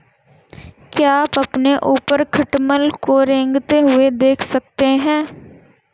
क्या आप अपने ऊपर खटमल को रेंगते हुए देख सकते हैं?